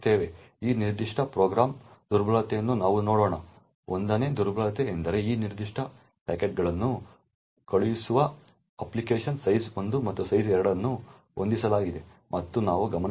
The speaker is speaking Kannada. ಈ ನಿರ್ದಿಷ್ಟ ಪ್ರೋಗ್ರಾಂನಲ್ಲಿನ ದುರ್ಬಲತೆಯನ್ನು ನಾವು ನೋಡೋಣ 1 ನೇ ದುರ್ಬಲತೆ ಎಂದರೆ ಈ ನಿರ್ದಿಷ್ಟ ಪ್ಯಾಕೆಟ್ಗಳನ್ನು ಕಳುಹಿಸುವ ಅಪ್ಲಿಕೇಶನ್ನಿಂದ size1 ಮತ್ತು size2 ಅನ್ನು ಹೊಂದಿಸಲಾಗಿದೆ ಎಂದು ನೀವು ಗಮನಿಸಬಹುದು